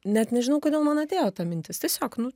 net nežinau kodėl man atėjo ta mintis tiesiog nu